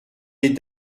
des